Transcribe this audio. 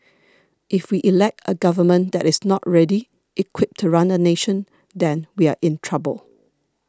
if we elect a government that is not ready equipped to run a nation then we are in trouble